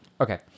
Okay